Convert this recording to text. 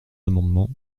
amendement